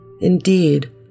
Indeed